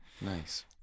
Nice